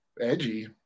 edgy